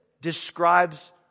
describes